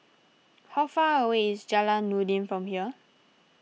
how far away is Jalan Noordin from here